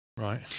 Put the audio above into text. Right